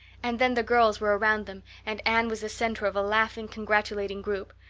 and then the girls were around them and anne was the center of a laughing, congratulating group.